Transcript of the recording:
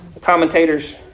commentator's